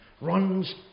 runs